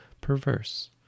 perverse